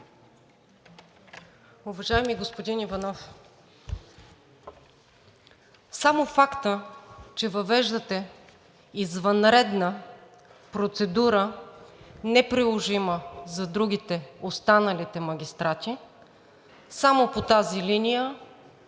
Уважаеми господин Иванов, само факта, че въвеждате извънредна процедура, неприложима за другите, останалите магистрати, само по тази линия